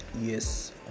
Yes